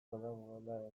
badagoela